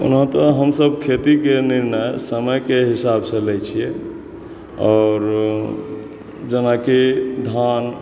ओना तऽ हमसब खेतीके निर्णय समयके हिसाब सॅं लै छी आओर जेनाकि धान